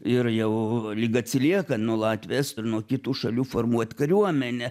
ir jau lyg atsiliekant nuo latvių estų ir nuo kitų šalių formuot kariuomenę